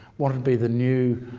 wanted to be the new,